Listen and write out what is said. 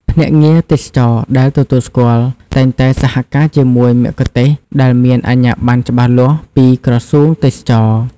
ភ្នាក់ងារទេសចរណ៍ដែលទទួលស្គាល់ តែងតែសហការជាមួយមគ្គុទ្ទេសក៍ដែលមាន អាជ្ញាប័ណ្ណច្បាស់លាស់ ពីក្រសួងទេសចរណ៍។